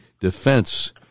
Defense